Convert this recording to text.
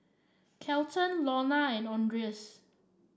Kelton Lorna and Andres